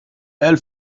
elle